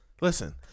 listen